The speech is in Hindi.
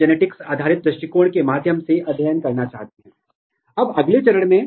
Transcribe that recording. तो यह इलेक्ट्रोफोरेटिक मोबिलिटी शिफ्ट ऐसे या जेल शिफ्ट का एक उदाहरण है